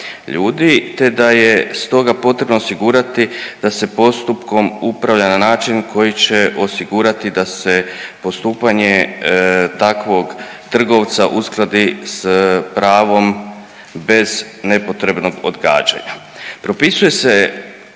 te da je stoga potrebno osigurati da se postupkom upravlja na način koji će osigurati da se postupanje takvog trgovca uskladi s pravom bez nepotrebnog odgađanja.